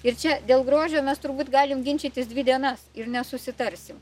ir čia dėl grožio mes turbūt galim ginčytis dvi dienas ir nesusitarsim